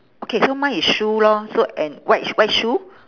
okay so mine is shoe lor so and white white shoe